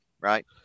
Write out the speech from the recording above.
right